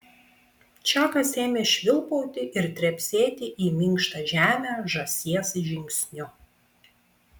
čakas ėmė švilpauti ir trepsėti į minkštą žemę žąsies žingsniu